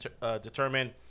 determine